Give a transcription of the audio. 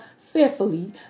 fearfully